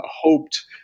hoped